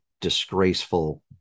disgraceful